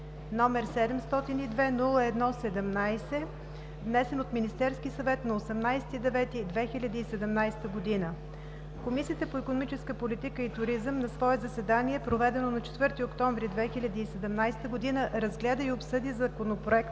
№ 702-01-17, внесен от Министерски съвет на 18 септември 2017 г. Комисията по икономическа политика и туризъм на свое заседание, проведено на 4 октомври 2017 г., разгледа и обсъди Законопроекта